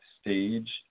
stage